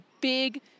big